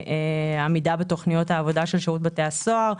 עמידה בתוכניות העבודה של שירות בתי הסוהר.